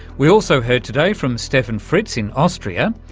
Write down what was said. we also heard today from steffen fritz in austria,